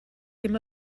ddim